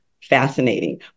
fascinating